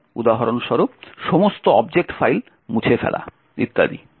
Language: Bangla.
যেমন উদাহরণস্বরূপ সমস্ত অবজেক্ট ফাইল মুছে ফেলা ইত্যাদি